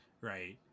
Right